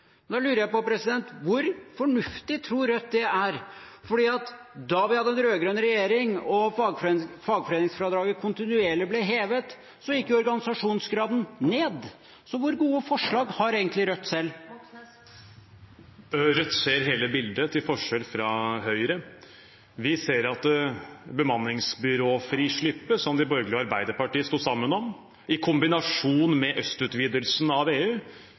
Da lurer jeg på hvor fornuftig Rødt tror det er, for da vi hadde rød-grønn regjering og fagforeningsfradraget ble hevet kontinuerlig, gikk jo organisasjonsgraden ned. Så hvor gode forslag har egentlig Rødt selv? Rødt ser hele bildet, til forskjell fra Høyre. Vi ser at bemanningsbyråfrislippet, som de borgerlige og Arbeiderpartiet sto sammen om, i kombinasjon med øst-utvidelsen av EU,